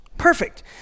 Perfect